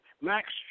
Max